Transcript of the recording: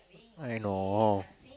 I know